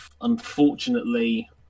unfortunately